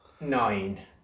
Nine